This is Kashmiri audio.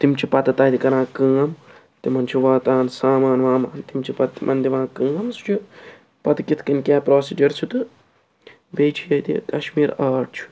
تِم چھِ پَتہٕ تتہِ کَران کٲم تِمن چھُ واتان سامان وامان تِم چھِ پَتہٕ تِمن دِوان کٲم سُہ چھُ پَتہٕ کِتھٕ کٔنۍ کیٛاہ پرٛوسیڈر چھُ تہٕ بیٚیہِ چھِ ییٚتہِ کشمیٖر آرٹ چھُ